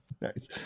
nice